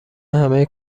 همه